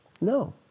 no